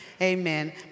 Amen